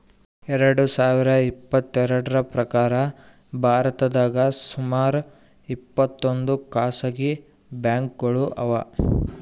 ಎರಡ ಸಾವಿರದ್ ಇಪ್ಪತ್ತೆರಡ್ರ್ ಪ್ರಕಾರ್ ಭಾರತದಾಗ್ ಸುಮಾರ್ ಇಪ್ಪತ್ತೊಂದ್ ಖಾಸಗಿ ಬ್ಯಾಂಕ್ಗೋಳು ಅವಾ